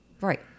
right